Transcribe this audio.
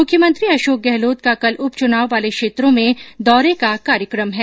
मुख्यमंत्री अशोक गहलोत का कल उपच्चनाव वाले क्षेत्रों में दौरे का कार्यक्रम है